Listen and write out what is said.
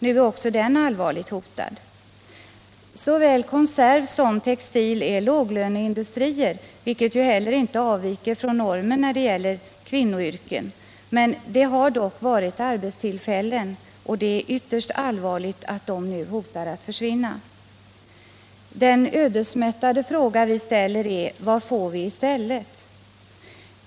Nu är också den allvarligt hotad. Såväl konservsom textilindustri är låglönebranscher, vilket ju heller inte av 57 viker från normen när det gäller ”kvinnoyrken”. Det har dock varit arbetstillfällen, och det är ytterst allvarligt att de nu hotar att försvinna. Den ödesmättade fråga vi ställer är: Vad får vi i stället?